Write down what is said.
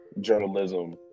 journalism